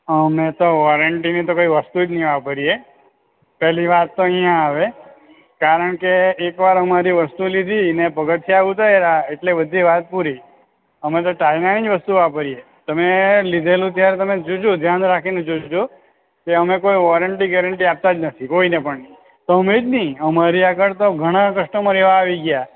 અમે તો વોરંટીની તો કઈ વસ્તુ જ નઇ વાપરીએ કે પેલ્લી વાત તો અહિયાં આવે કારણકે એક વાર અમારી વસ્તુ લીધી ને પગથિયાં ઉતર્યા એટલે બધી વાત પૂરી અમે ચાઈનાની જ વસ્તુ વાપરીએ તમે લીધેલું ત્યારે તમે જોજો ધ્યાન રાખીને જોજો કે અમે કોઈ વોરંટી ગેરેન્ટી આપતા જ નથી કોઈને પણ તો તમે જ નહીં અમારી આગળ તો ઘણાં કસ્ટમર એવા આવી ગયા